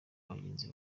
bagenzi